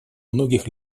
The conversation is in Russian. многих